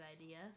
idea